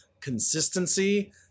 consistency